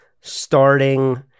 starting